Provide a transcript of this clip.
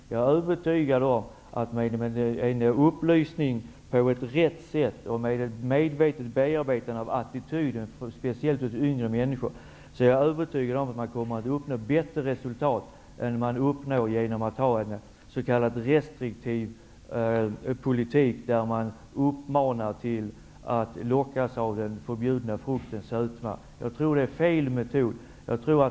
Jag är övertygad om att man med upplysning på rätt sätt och medvetet bearbetande av attityder speciellt hos yngre människor kommer att uppnå bättre resultat än genom en restriktiv politik, som uppmanar människor till att lockas av den förbjudna fruktens sötma. Det är fel metod.